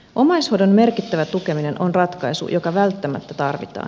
omaishoidon merkittävä tukeminen on ratkaisu joka välttämättä tarvitaan